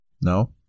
No